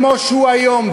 כמו שהוא היום,